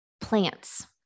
plants